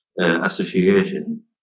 association